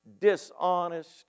dishonest